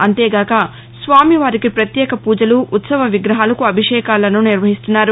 అంతేగాక స్వామి వారికి ప్రత్యేక పూజలు ఉత్సవ విగ్రహాలకు అభిషేకాలను నిర్వహిస్తున్నారు